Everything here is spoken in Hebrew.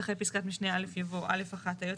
אחרי פסקת משנה א' יבוא א' (1) היועץ